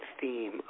theme